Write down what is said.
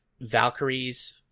Valkyrie's